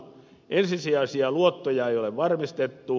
ensisijaisia luottoja ei ole varmistettu